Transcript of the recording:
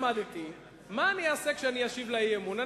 למדתי מה אני אעשה כשאני אשיב על אי-אמון,